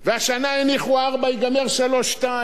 השנה הניחו 4% ייגמר ב-3.2%.